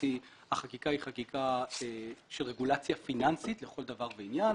החקיקה היא חקיקה של רגולציה פיננסית לכל דבר ועניין.